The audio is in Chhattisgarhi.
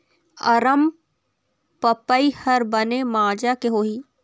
अरमपपई हर बने माजा के होही?